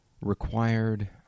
required